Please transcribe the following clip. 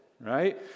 right